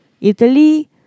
Italy